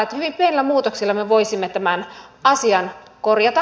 hyvin pienillä muutoksilla me voisimme tämän asian korjata